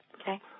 Okay